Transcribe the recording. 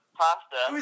pasta